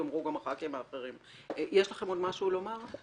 משרד האוצר, יש לכם עוד משהו לומר?